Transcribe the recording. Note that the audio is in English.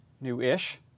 new-ish